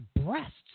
breasts